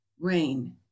Rain